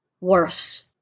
worse